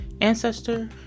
ancestor